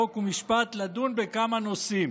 חוק ומשפט לדון בכמה נושאים.